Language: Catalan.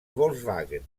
volkswagen